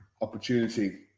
opportunity